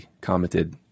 commented